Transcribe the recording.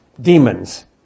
demons